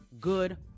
good